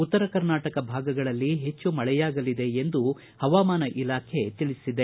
ಉತ್ತರ ಕರ್ನಾಟಕ ಭಾಗಗಳಲ್ಲಿ ಹೆಚ್ಚು ಮಳೆಯಾಗಲಿದೆ ಎಂದು ಹವಾಮಾನ ಇಲಾಖೆ ತಿಳಿಸಿದೆ